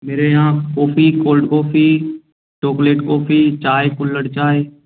मेरे यहाँ coffee cold coffee chocolate coffee चाय कुल्हड़ चाय